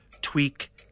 tweak